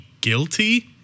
guilty